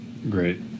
great